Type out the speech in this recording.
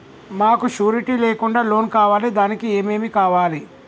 మాకు షూరిటీ లేకుండా లోన్ కావాలి దానికి ఏమేమి కావాలి?